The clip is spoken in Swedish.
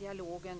Dialogen